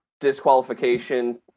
disqualification